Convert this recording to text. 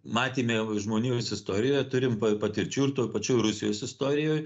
matėme žmonijos istorijoje turim pa puikių patirčių ir toj pačioj rusijos istorijoj